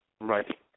Right